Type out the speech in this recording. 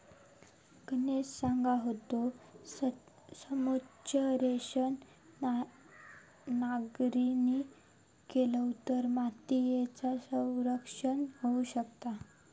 गणेश सांगा होतो, समोच्च रेषेन नांगरणी केलव तर मातीयेचा संरक्षण होऊ शकता